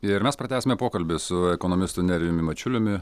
ir mes pratęsime pokalbį su ekonomistu nerijumi mačiuliumi